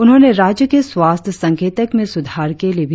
उन्होंने राज्य के स्वास्थ्य संकेतक में सुधार के लिए भी जोर दिया